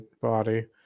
body